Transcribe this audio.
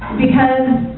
because